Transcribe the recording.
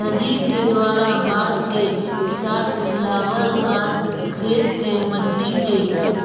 नदि के द्वारा बाढ़ के साथ लावल गाद खेत के मट्टी के